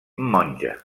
monja